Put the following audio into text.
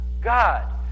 God